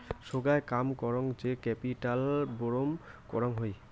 সোগায় কাম করং যে ক্যাপিটাল বুরুম করং হই